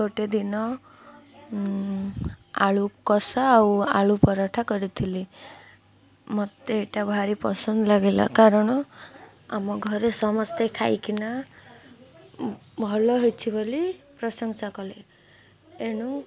ଗୋଟେ ଦିନ ଆଳୁ କଷା ଆଉ ଆଳୁ ପରଠା କରିଥିଲି ମତେ ଏଇଟା ଭାରି ପସନ୍ଦ ଲାଗିଲା କାରଣ ଆମ ଘରେ ସମସ୍ତେ ଖାଇକିନା ଭଲ ହେଇଛି ବୋଲି ପ୍ରଶଂସା କଲେ ଏଣୁ